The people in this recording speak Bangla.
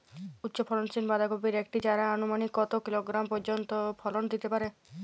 উচ্চ ফলনশীল বাঁধাকপির একটি চারা আনুমানিক কত কিলোগ্রাম পর্যন্ত ফলন দিতে পারে?